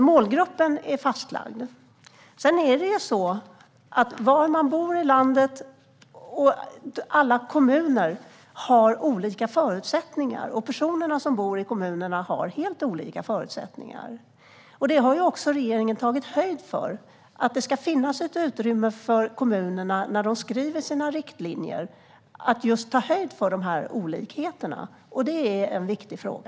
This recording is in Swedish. Målgruppen är alltså fastlagd. Alla kommuner har olika förutsättningar, och personerna som bor där har helt olika förutsättningar. Detta har regeringen tagit höjd för. Det ska finnas ett utrymme för kommunerna när de skriver sina riktlinjer att ta höjd för dessa olikheter. Det är en viktig fråga.